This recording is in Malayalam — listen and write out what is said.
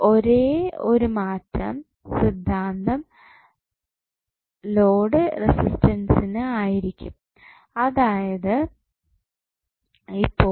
ഒരേ ഒരു മാറ്റം സിദ്ധാന്തം ലോഡ് റെസിസ്റ്റൻസിനു ആയിരിക്കും അതായത് ഇപ്പോൾ